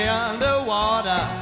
underwater